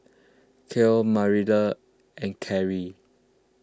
Carlyle Marilynn and Claire